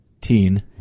Teen